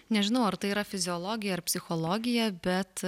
nežinau ar tai yra fiziologija ar psichologija bet